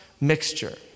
mixture